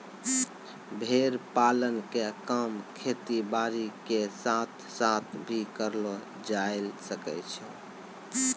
भेड़ पालन के काम खेती बारी के साथ साथ भी करलो जायल सकै छो